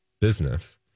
business